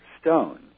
stones